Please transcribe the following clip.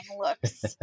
looks